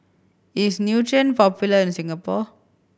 is Nutren popular in Singapore